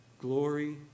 glory